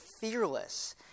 fearless